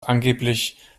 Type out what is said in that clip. angeblich